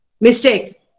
mistake